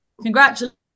Congratulations